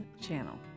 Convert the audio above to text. channel